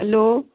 hello